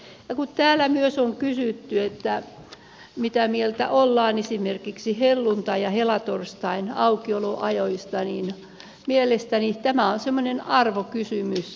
ja kun täällä myös on kysytty mitä mieltä ollaan esimerkiksi helluntain ja helatorstain aukioloajoista niin mielestäni tämä on semmoinen arvokysymys